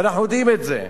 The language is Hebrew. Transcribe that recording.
ואנחנו יודעים את זה.